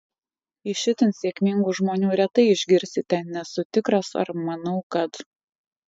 iš itin sėkmingų žmonių retai išgirsite nesu tikras ar manau kad